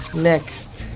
next